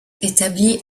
établi